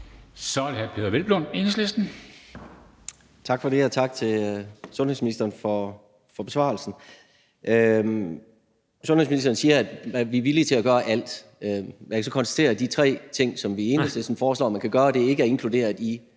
Kl. 14:53 Peder Hvelplund (EL): Tak for det, og tak til sundhedsministeren for besvarelsen. Sundhedsministeren siger, at vi er villige til at gøre alt. Jeg kan så konstatere, at de tre ting, som vi i Enhedslisten foreslår man kan gøre, ikke er inkluderet i